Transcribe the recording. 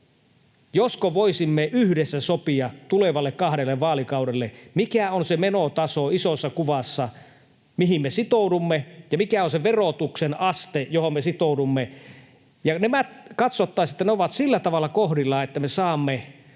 josko voisimme yhdessä sopia tuleville kahdelle vaalikaudelle, mikä on se menotaso isossa kuvassa, mihin me sitoudumme, ja mikä on se verotuksen aste, johon me sitoudumme, ja katsottaisiin, että ne ovat sillä tavalla kohdillaan, että me saamme